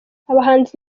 abahanzi